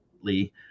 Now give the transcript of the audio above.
Lee